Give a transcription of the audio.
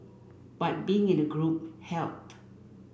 but being in a group helped